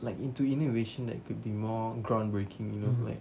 like into innovation that could be more groundbreaking you know like